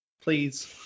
Please